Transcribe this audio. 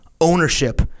ownership